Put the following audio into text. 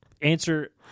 answer